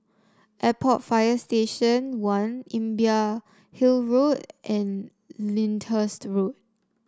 Airport Fire Station One Imbiah Hill Road and Lyndhurst Road